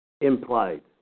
implied